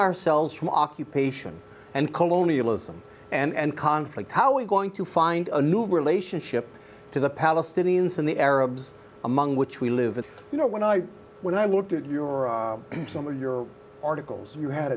ourselves from occupation and colonialism and conflict how we're going to find a new relationship to the palestinians and the arabs among which we live in you know when i when i looked at your and some of your articles you had